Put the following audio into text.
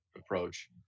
approach